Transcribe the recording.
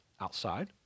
outside